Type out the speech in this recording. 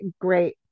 great